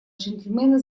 джентльмена